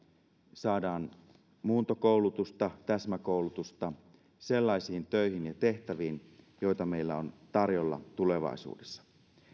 saadaan muuntokoulutusta täsmäkoulutusta sellaisiin töihin ja tehtäviin joita meillä on tarjolla tulevaisuudessa